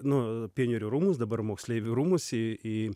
nu pionierių rūmus dabar moksleivių rūmus į į